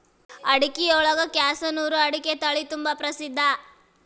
ಅಡಿಕಿಯೊಳಗ ಕ್ಯಾಸನೂರು ಅಡಿಕೆ ತಳಿತುಂಬಾ ಪ್ರಸಿದ್ಧ